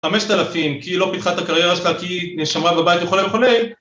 5,000, כי היא לא פיתחה את הקריירה שלה, כי היא נשארה בבית וכולי וכולי